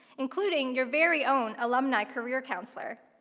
including your very own alumni career counselor.